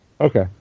Okay